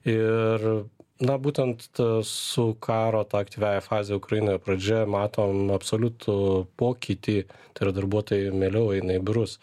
ir na būtent su karo ta aktyviąja faze ukrainoje pradžia matom absoliutų pokytį tai yra darbuotojai mieliau eina į biurus